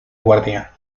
guardia